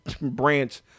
branch